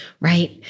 Right